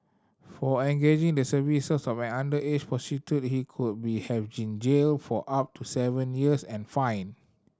for engaging the services of an underage prostitute he could been have jailed for up to seven years and fined